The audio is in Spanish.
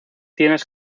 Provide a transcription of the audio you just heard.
tienes